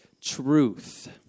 truth